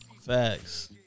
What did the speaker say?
Facts